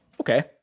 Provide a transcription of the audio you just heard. Okay